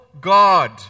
God